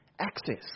Access